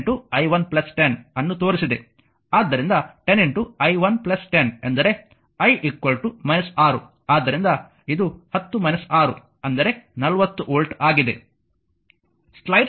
ಆದ್ದರಿಂದ 10 i 1 10 ಎಂದರೆ i 6 ಆದ್ದರಿಂದ ಇದು 10 6 ಅಂದರೆ 40 ವೋಲ್ಟ್ ಆಗಿದೆ